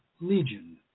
legion